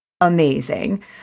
amazing